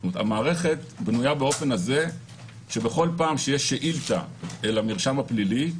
המערכת בנויה באופן כזה שבכל פעם שיש שאילתה אל המרשם הפלילי,